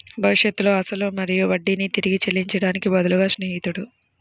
భవిష్యత్తులో అసలు మరియు వడ్డీని తిరిగి చెల్లించడానికి బదులుగా స్నేహితుడు